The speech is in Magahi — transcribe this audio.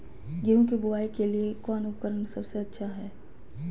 गेहूं के बुआई के लिए कौन उपकरण सबसे अच्छा है?